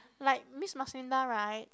like Miss Maslinda right